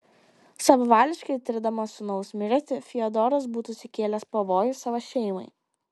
savavališkai tirdamas sūnaus mirtį fiodoras būtų sukėlęs pavojų savo šeimai